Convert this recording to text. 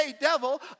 devil